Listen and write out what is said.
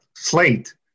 Slate